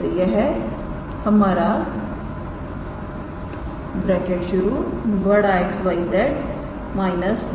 तो यह हमारा𝑋 𝑌 𝑍 − 21 1 3